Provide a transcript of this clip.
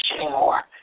anymore